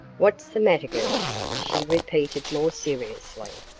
what's the matter, girls? she repeated more seriously.